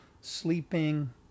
sleeping